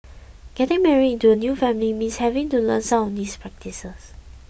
getting married into a new family means having to learn some of these practices